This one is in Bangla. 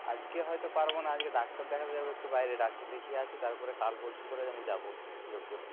আজকে হয়তো পারব না আজকে ডাক্তার দেখাতে যাব একটু বাইরে ডাক্তার দেখিয়ে আসি তারপরে কাল পরশু করে আমি যাব সুযোগ পেলে